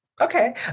Okay